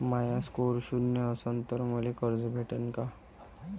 माया score शून्य असन तर मले कर्ज भेटन का?